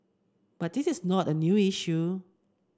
but this is not a new issue